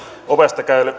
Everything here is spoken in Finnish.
ovesta